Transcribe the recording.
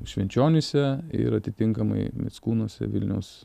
švenčionyse ir atitinkamai mickūnuose vilniaus